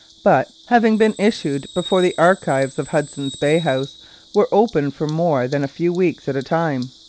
but, having been issued before the archives of hudson's bay house were open for more than a few weeks at a time,